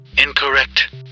Incorrect